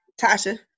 Tasha